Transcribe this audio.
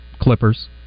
Clippers